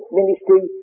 ministry